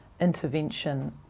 intervention